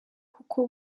kuko